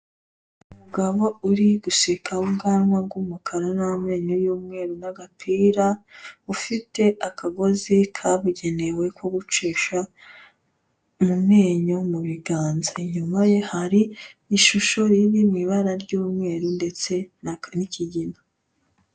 Umugabo uri guseka w'ubwanwa bw'umukara n'amenyo y'umweru n'agapira, ufite akagozi kabugenewe ko gucisha mu menyo mu biganza, inyuma ye hari ishusho iri mu ibara ry'umweru ndetse n'aka n'ikigina.